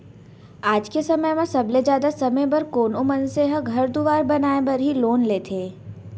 आज के समय म सबले जादा समे बर कोनो मनसे ह घर दुवार बनाय बर ही लोन लेथें